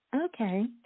Okay